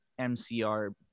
mcr